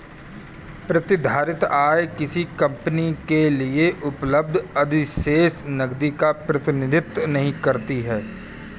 प्रतिधारित आय किसी कंपनी के लिए उपलब्ध अधिशेष नकदी का प्रतिनिधित्व नहीं करती है